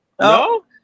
No